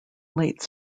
late